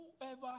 Whoever